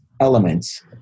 elements